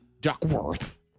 Duckworth